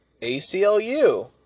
ACLU